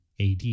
AD